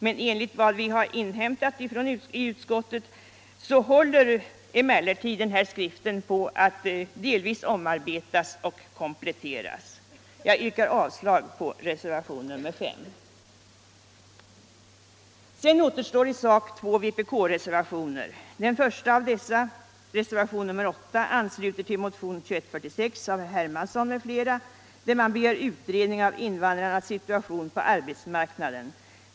Men enligt vad utskottet har inhämtat håller denna informationsskrift på att delvis omarbetas och kompletteras. Jag yrkar avslag på reservationen 5. Sedan återstår i sak två vpk-reservationer. Den första, reservationen 8, ansluter till motionen 2146 av herr Hermansson m.fl., i vilken man begär utredning av invandrarnas situation på arbetsmarknaden.